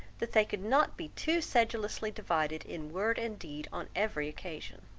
that they could not be too sedulously divided in word and deed on every occasion.